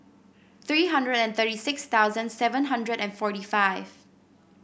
three hundred and thirty six thousand seven hundred and forty five